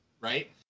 right